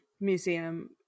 museum